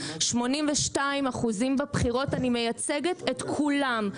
82 אחוזים בבחירות אני מייצגת את כולם.